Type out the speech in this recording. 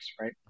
right